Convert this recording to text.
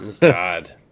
God